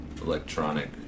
electronic